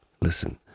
Listen